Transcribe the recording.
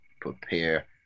prepare